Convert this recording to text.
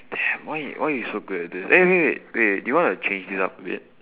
damn why you why you so good at thi~ eh wait wait wait wait wait do you want to change this up a bit